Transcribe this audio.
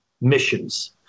missions